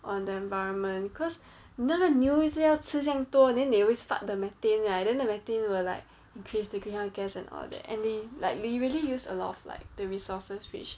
on the environment cause 那个牛一直要吃这样多 then they always fart the methane right then the methane will like increase the greenhouse gas and all that and they like really use a lot of like the resources which